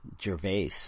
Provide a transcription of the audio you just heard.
Gervais